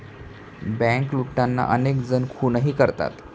bank लुटताना अनेक जण खूनही करतात